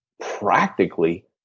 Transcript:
practically